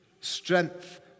strength